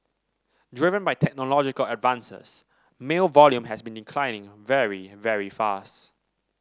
driven by technological advances mail volume has been declining very very fast